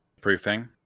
proofing